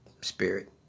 spirit